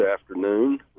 afternoon